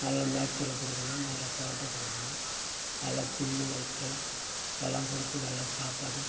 நல்ல மேய்ச்சலை கொடுக்கணும் நல்ல தவிட்டை கொடுக்கணும் நல்ல பில் வைக்கோல் எல்லாம் கொடுத்து நல்ல சாப்பாடு